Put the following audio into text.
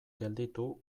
gelditu